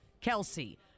Kelsey